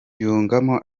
yungamo